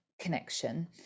connection